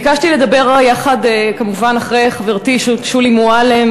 ביקשתי לדבר יחד, כמובן, אחרי חברתי שולי מועלם.